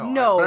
no